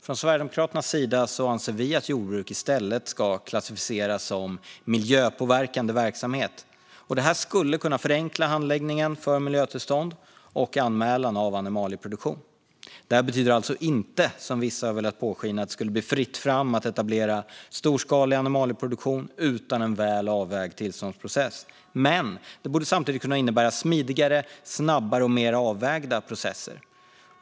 Från Sverigedemokraternas sida anser vi att jordbruk i stället ska klassificeras som miljöpåverkande verksamhet. Detta skulle kunna förenkla handläggningen för miljötillstånd och anmälan av animalieproduktion. Det betyder alltså inte, som vissa har låtit påskina, att det skulle bli fritt fram att etablera storskalig animalieproduktion utan en väl avvägd tillståndsprocess. Men det borde samtidigt kunna innebära smidigare, snabbare och mer avvägda processer.